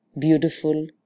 beautiful